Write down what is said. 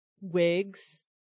wigs